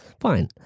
fine